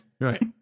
Right